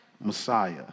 Messiah